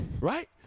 right